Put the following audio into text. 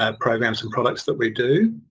um programs and products that we do.